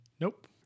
Nope